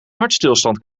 hartstilstand